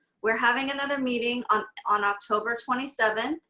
we're having another meeting on on october twenty seventh.